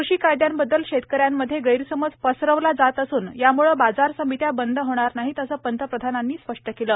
या कायद्यांबद्दल शेतकऱ्यांमध्ये गैरसमज पसरवला जात असून यामुळे बाजार समित्या बंद होणार नाहीत असं पंतप्रधानांनी स्पष्ट केलं